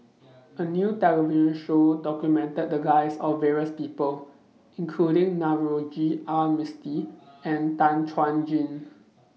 A New television Show documented The Lives of various People including Navroji R Mistri and Tan Chuan Jin